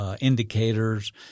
indicators